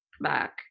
back